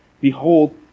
Behold